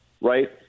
right